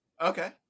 Okay